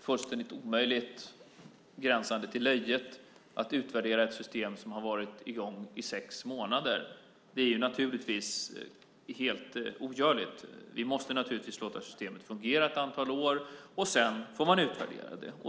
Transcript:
fullständigt omöjligt, gränsande till löjligt, att utvärdera ett system som har varit i gång i sex månader. Det är naturligtvis helt ogörligt. Vi måste låta systemet fungera ett antal år. Sedan får man utvärdera det.